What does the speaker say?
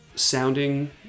sounding